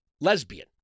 lesbian